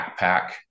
backpack